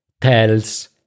tells